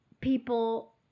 people